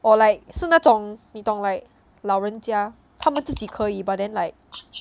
or like 是那种你懂 like 老人家他们自己可以 but then like